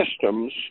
systems